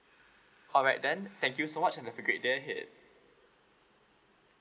alright then thank you so much and have a great day ahead